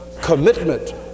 commitment